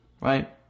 right